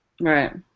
Right